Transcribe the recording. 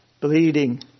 bleeding